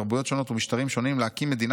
תרבויות שונות ומשטרים שונים להקים מדינה